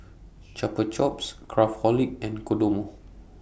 Chupa Chups Craftholic and Kodomo